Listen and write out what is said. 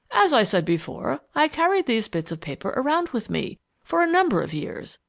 as i said before, i carried these bits of paper around with me for a number of years,